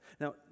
Now